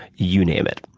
you name it.